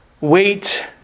wait